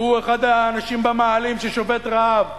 שהוא אחד האנשים במאהלים ששובת רעב: